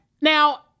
Now